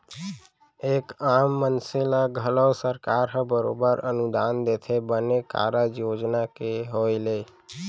एक आम मनसे ल घलौ सरकार ह बरोबर अनुदान देथे बने कारज योजना के होय ले